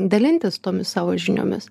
dalintis tomis savo žiniomis